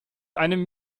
einem